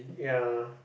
ya